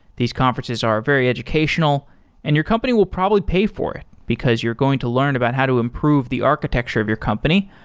these conferences are very educational and your company will probably pay for it, because you're going to learn about how to improve the architecture of your company.